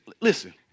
Listen